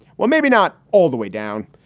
well, maybe not all the way down,